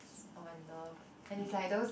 on my nerve and it's those